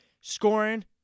scoring